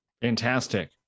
Fantastic